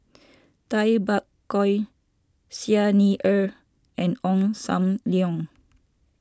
Tay Bak Koi Xi Ni Er and Ong Sam Leong